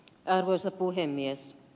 arvoisa puhemies